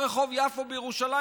ברחוב יפו בירושלים,